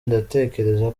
ndatekereza